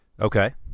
okay